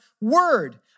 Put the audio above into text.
word